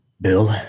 Bill